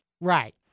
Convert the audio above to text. right